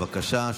בבקשה.